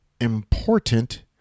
important